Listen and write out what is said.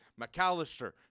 McAllister